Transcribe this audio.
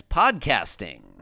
podcasting